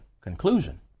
conclusion